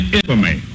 infamy